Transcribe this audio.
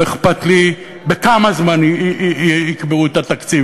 לא אכפת לי בכמה זמן יקבעו את התקציב,